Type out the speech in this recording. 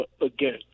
again